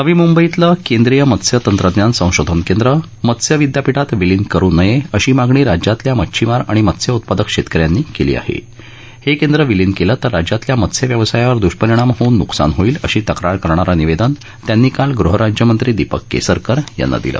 नवी मुंबईतलं केंद्रीय मत्स्य तंत्रज्ञान संशोधन केंद्र मत्स्य विद्यापीठात विलीन करु नयञिशी मागणी राज्यातल्या मचिछमार आणि मत्स्य उत्पादक शक्किन्यांनी कल्नी आहा हिक्किंद्र विलीन कल्नी तर राज्यातल्या मत्स्य व्यवसायावर दुष्परिणाम होऊन नुकसान होईल अशी तक्रार करणारं निवद्वि त्यांनी काल गृहराज्य मंत्री दीपक क्सिरकर यांना दिलं